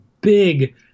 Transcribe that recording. big